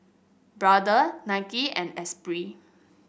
Brother Nike and Esprit